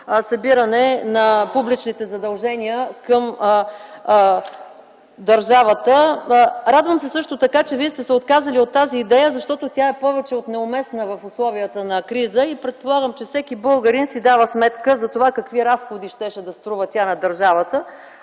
събиране на публичните задължения към държавата. Радвам се също така, че Вие сте се отказали от тази идея, защото тя е повече от неуместна в условията на криза. Предполагам, че всеки българин си дава сметка за това какви разходи щеше да струва тя на държавата,